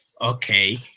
Okay